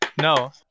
No